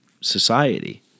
society